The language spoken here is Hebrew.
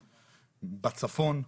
בצפון,